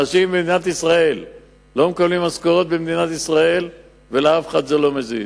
אנשים במדינת ישראל לא מקבלים משכורות ולאף אחד זה לא מזיז.